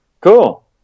cool